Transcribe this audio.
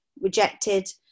rejected